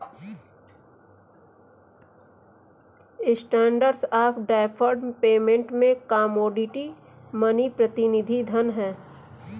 standard of deferred payment में commodity money प्रतिनिधि धन हैं